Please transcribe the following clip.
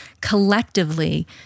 collectively